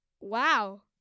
Wow